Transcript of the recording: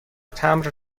تمبر